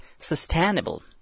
sustainable